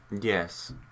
yes